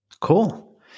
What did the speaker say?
Cool